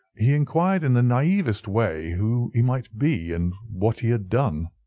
he inquired in the naivest way who he might be and what he had done.